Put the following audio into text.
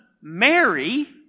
Mary